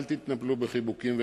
אל תתנפלו בחיבוקים ובנשיקות.